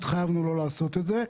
התחייבנו לא לעשות את זה.